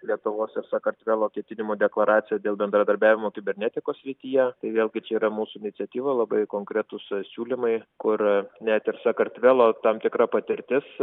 lietuvos ir sakartvelo ketinimų deklaracija dėl bendradarbiavimo kibernetikos srityje tai vėlgi čia yra mūsų iniciatyva labai konkretūs siūlymai kur net ir sakartvelo tam tikra patirtis